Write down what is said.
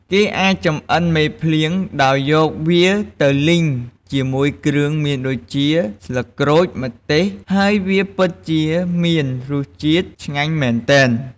គេអាចចម្អិនមេភ្លៀងដោយយកវាទៅលីងជាមួយគ្រឿងមានដូចជា ស្លឹកក្រូច ម្ទេស ហើយវាពិតជាមានរសជាតិឆ្ងាញ់មែនទែន។